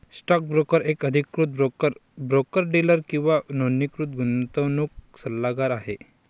stock broker एक अधिकृत broker, broker dealer किंवा नोंदणीकृत गुंतवणूक सल्लागार आहे